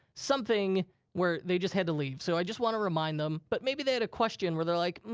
something where they just had to leave. so i just wanna remind them. but maybe they had a question, where they're like, mm,